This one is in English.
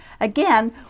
Again